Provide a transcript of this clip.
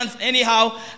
anyhow